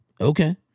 Okay